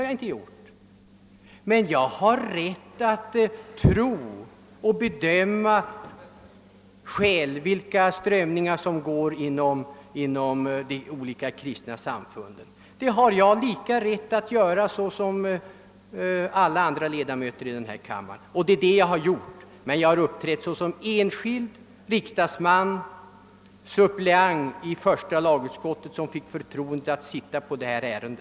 Jag förbehåller mig dock rätten som alla andra ledamöter av denna kammare att själv söka bedöma strömningarna inom de olika kristna samfunden. Jag har uppträtt som enskild riksdagsman, suppleant i första lagutskottet med förtroendet att behandla detta ärende.